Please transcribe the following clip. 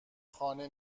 خانه